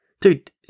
Dude